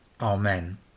amen